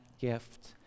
gift